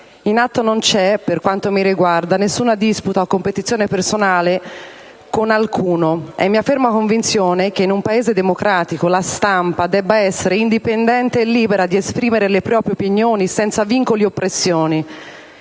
«In atto non c'è, per quanto mi riguarda, nessuna disputa o competizione personale con alcuno; è mia ferma convinzione che in un Paese democratico la stampa debba essere indipendente e libera di esprimere le proprie opinioni senza vincoli o pressioni,